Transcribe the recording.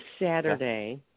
Saturday